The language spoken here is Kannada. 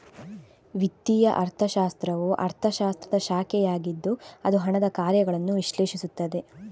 ವಿತ್ತೀಯ ಅರ್ಥಶಾಸ್ತ್ರವು ಅರ್ಥಶಾಸ್ತ್ರದ ಶಾಖೆಯಾಗಿದ್ದು ಅದು ಹಣದ ಕಾರ್ಯಗಳನ್ನು ವಿಶ್ಲೇಷಿಸುತ್ತದೆ